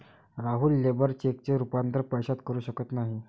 Rahul labour चेकचे रूपांतर पैशात करू शकत नाही